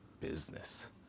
business